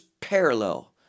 parallel